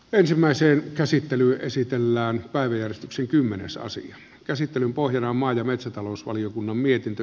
ensimmäisen käsittely esitellään päiviä xin kymmenessä asian käsittelyn pohjana on maa ja metsätalousvaliokunnan mietintö